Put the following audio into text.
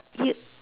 you